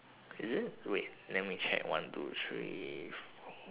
is it wait let me check one two three four